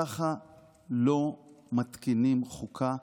ככה לא מתקינים חוקה.